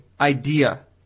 idea